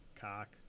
Cock